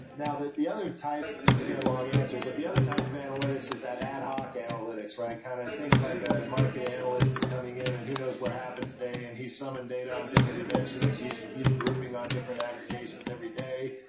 now, the the other type again, long answer. but the other type of analytics is that ad hoc analytics, right? kind of think like a market analyst is coming in and who knows what happened today, and he summoned data on different dimensions. he's he's grouping on different aggregations every day.